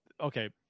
okay